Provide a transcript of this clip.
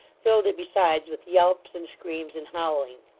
filled it besides with yelps, and screams, and howling.